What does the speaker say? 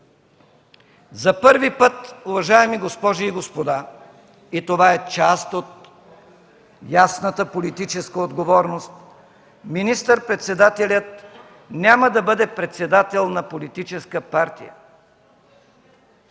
За първи път, уважаеми госпожи и господа, и това е част от дясната политическа отговорност, министър-председателят няма да бъде председател на политическа партия.